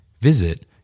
Visit